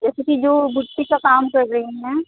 जैसे कि जो बुट्टी का काम कर रही हैं